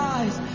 eyes